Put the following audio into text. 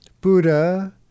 Buddha